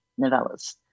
novellas